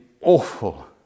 awful